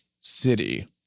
city